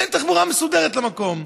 אין תחבורה מסודרת למקום.